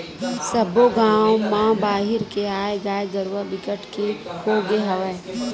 सब्बो गाँव म बाहिर के आए गाय गरूवा बिकट के होगे हवय